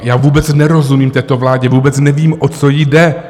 Já vůbec nerozumím této vládě, vůbec nevím, o co jí jde.